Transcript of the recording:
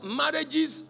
marriages